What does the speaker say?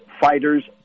fighters